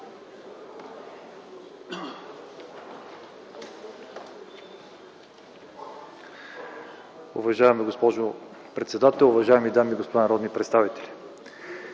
Уважаема госпожо председател, уважаеми дами и господа народни представители!